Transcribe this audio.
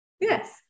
Yes